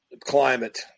climate